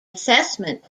assessment